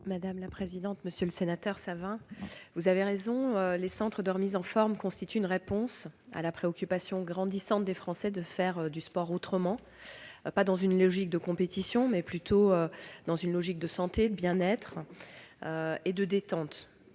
Mme la ministre. Monsieur le sénateur Savin, vous avez raison, les centres de remise en forme constituent une réponse à la préoccupation grandissante des Français de faire du sport autrement, dans une logique non pas de compétition, mais plutôt de santé, de bien-être et de détente,